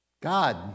God